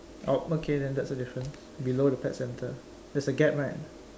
oh okay then that's a difference below the pet centre there's a gap right